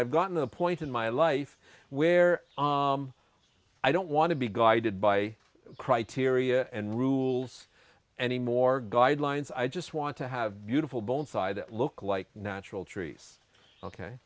i've gotten to a point in my life where i don't want to be guided by criteria and rules anymore guidelines i just want to have beautiful bone side that look like natural trees ok